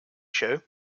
show